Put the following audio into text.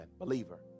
believer